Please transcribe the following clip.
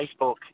Facebook